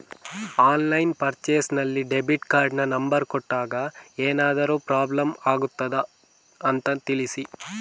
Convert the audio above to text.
Online purchase ನಲ್ಲಿ debit ಕಾರ್ಡಿನ number ಕೊಟ್ಟಾಗ ಏನಾದರೂ ಪ್ರಾಬ್ಲಮ್ ಆಗುತ್ತದ ಅಂತ ತಿಳಿಸಿ?